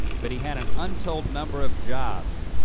but he had an untold number of jobs,